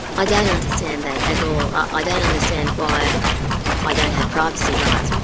i don't understand that at all. i ah don't understand why ah i don't have privacy rights.